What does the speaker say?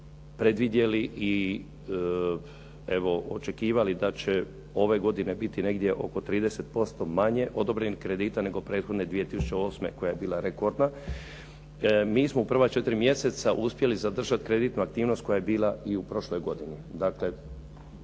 predvidjeli i evo očekivali da će ove godine biti negdje oko 30% manje odobrenih kredita nego prethodne 2008. koja je bila rekordna, mi smo u prva 4 mjeseca uspjeli zadržati kreditnu aktivnost koja je bila i u prošloj godini.